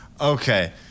Okay